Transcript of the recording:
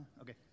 Okay